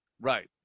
Right